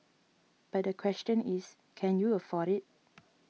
but the question is can you afford it